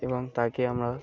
এবং তাকে আমরা